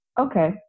okay